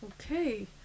Okay